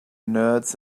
nerds